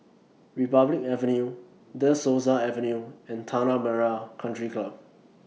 Republic Avenue De Souza Avenue and Tanah Merah Country Club